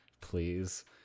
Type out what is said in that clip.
please